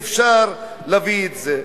ואפשר להביא את זה.